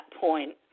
point